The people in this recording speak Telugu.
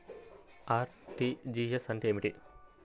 అర్.టీ.జీ.ఎస్ అంటే ఏమిటి?